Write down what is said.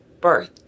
birth